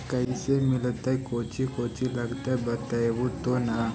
कैसे मिलतय कौची कौची लगतय बतैबहू तो न?